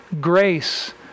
Grace